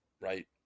Right